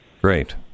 Great